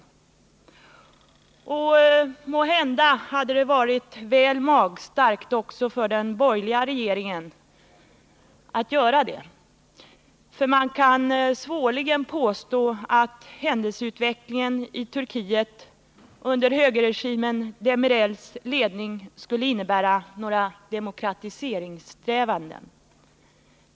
Och måhända hade det varit väl magstarkt också för den borgerliga regeringen att göra det, eftersom man svårligen kan påstå att händelseutvecklingen i Turkiet under högerregimen Demirels ledning skulle innebära några demokratiseringssträvanden.